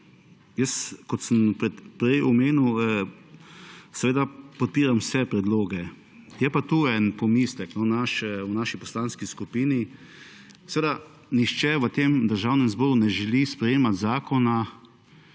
Jaz, kot sem prej omenil, seveda podpiram vse predloge. Je pa tu en pomislek v naši poslanski skupini. Seveda nihče v tem državnem zboru ne želi sprejemati zakona,